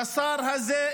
לשר הזה,